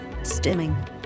stimming